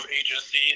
agency